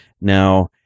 Now